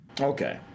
okay